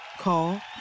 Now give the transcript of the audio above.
Call